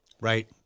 Right